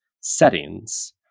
settings